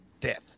death